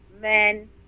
men